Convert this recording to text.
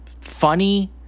funny